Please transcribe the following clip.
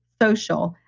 social.